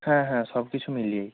হ্যাঁ হ্যাঁ সব কিছু মিলিয়েই